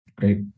Great